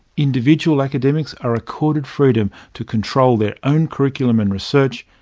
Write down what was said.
individual academics are accorded freedom to control their own curriculum and research,